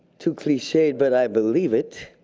too cliche, but i believe it,